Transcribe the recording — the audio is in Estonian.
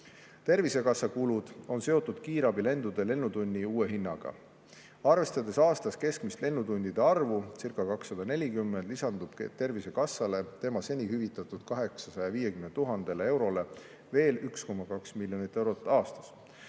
Tervisekassa kulud on seotud kiirabilendude lennutunni uue hinnaga. Arvestades keskmist lennutundide arvu aastas, circa240, lisandubki Tervisekassale tema seni hüvitatud 850 000 eurole veel 1,2 miljonit eurot aastas.